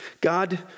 God